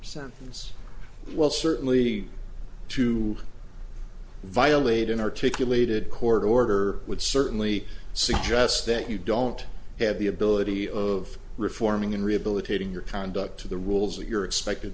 sentence well certainly to violate an articulated court order would certainly suggest that you don't have the ability of reforming in rehabilitating your conduct to the rules that you're expected